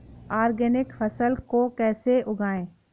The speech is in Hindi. ऑर्गेनिक फसल को कैसे उगाएँ?